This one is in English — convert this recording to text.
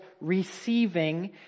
receiving